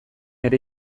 ere